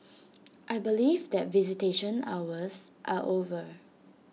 I believe that visitation hours are over